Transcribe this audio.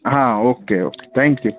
हा okay okay thank you